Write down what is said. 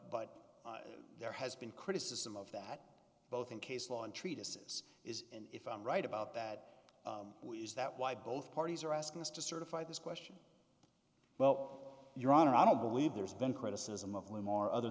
but there has been criticism of that both in case law and treatises is if i'm right about that is that why both parties are asking us to certify this question well your honor i don't believe there's been criticism of